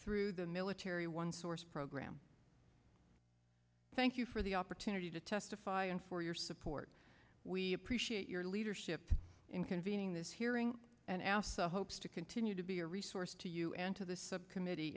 through the military one source program thank you for the opportunity to testify and for your support we appreciate your leadership in convening this hearing and asked hopes to continue to be a resource to you and to the subcommittee